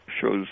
shows